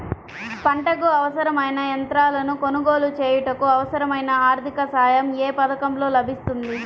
పంటకు అవసరమైన యంత్రాలను కొనగోలు చేయుటకు, అవసరమైన ఆర్థిక సాయం యే పథకంలో లభిస్తుంది?